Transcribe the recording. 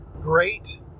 great